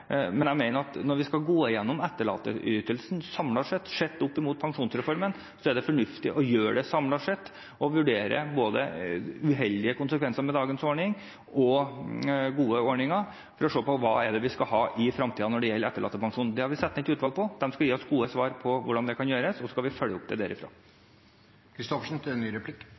Jeg mener at når vi skal gå igjennom etterlatteytelsene sett opp mot pensjonsreformen, er det fornuftig å gjøre det samlet sett og vurdere både uheldige konsekvenser ved dagens ordning og gode ordninger for å se på hva det er vi skal ha i fremtiden når det gjelder etterlattepensjon. Det har vi satt ned et utvalg på. De skal gi oss gode svar på hvordan det kan gjøres, og så skal vi følge det opp